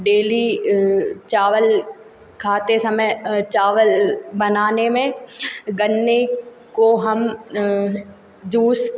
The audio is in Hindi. डेली चावल खाते समय चावल बनाने में गन्ने को हम जूस